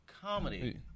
comedy